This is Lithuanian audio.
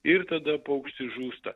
ir tada paukštis žūsta